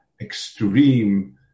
extreme